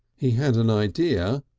he had an idea,